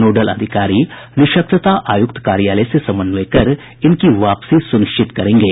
nodal अधिकारी निःशक्तता आयुक्त कार्यालय से समन्वय कर इनकी वापसी सुनिश्चित करेंगे